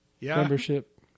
Membership